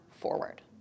forward